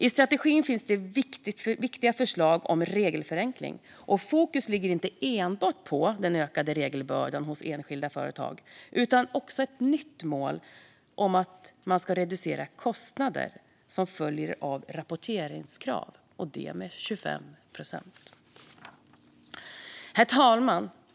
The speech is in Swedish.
I strategin finns viktiga förslag om regelförenkling, där fokus inte enbart ligger på den ökade regelbördan hos enskilda företag utan också på ett nytt mål om att man ska reducera kostnader som följer av rapporteringskrav med 25 procent. Herr talman!